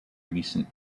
recent